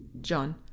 John